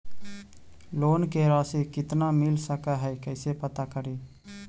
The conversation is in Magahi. लोन के रासि कितना मिल सक है कैसे पता करी?